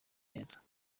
meza